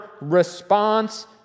response